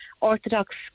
Orthodox